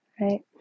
Right